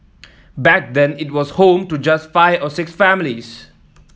back then it was home to just five or six families